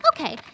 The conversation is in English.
Okay